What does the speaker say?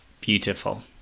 beautiful